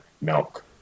milk